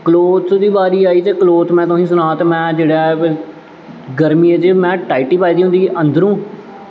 cloth दे बारी आई ते क्लाथ में तुसें सनांऽ ते जेह्ड़ा ऐ गर्मियें च में टाईटी पाई दी होंदी अन्दरों